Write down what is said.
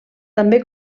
també